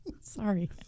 Sorry